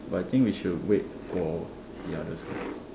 but I think we should wait for the others first